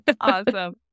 Awesome